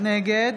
נגד